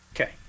Okay